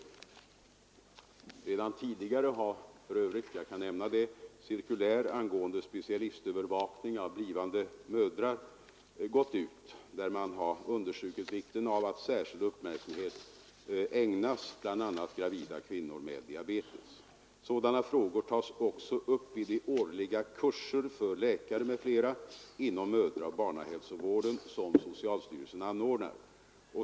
Jag kan nämna att det redan tidigare har gått ut cirkulär angående specialistövervakning av blivande mödrar, där man har understrukit vikten av att särskild uppmärksamhet ägnas bl.a. gravida kvinnor med diabetes. Sådana frågor tas också upp i de årliga kurser för läkare m.fl. inom mödraoch barnhälsovården som socialstyrelsen anordnar.